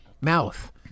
mouth